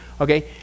okay